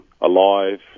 alive